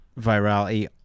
virality